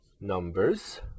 numbers